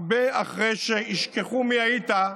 הרבה אחרי שישכחו מי היית,